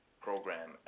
program